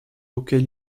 auquel